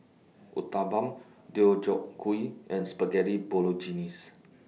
Uthapam Deodeok Gui and Spaghetti Bolognese